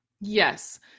Yes